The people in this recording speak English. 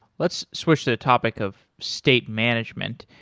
let's switch the topic of state management.